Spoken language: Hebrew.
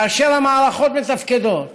כאשר המערכות מתפקדות,